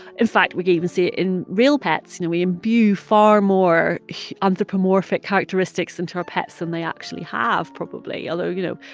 in fact, we even see it in real pets. you know, we imbue far more anthropomorphic characteristics into our pets than they actually have, probably. although, you know,